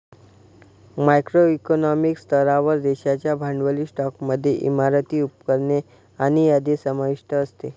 macro economic स्तरावर, देशाच्या भांडवली स्टॉकमध्ये इमारती, उपकरणे आणि यादी समाविष्ट असते